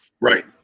Right